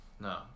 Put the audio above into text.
no